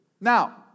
Now